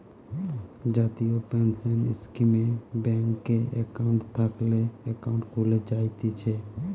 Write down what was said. জাতীয় পেনসন স্কীমে ব্যাংকে একাউন্ট থাকলে একাউন্ট খুলে জায়তিছে